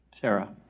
Sarah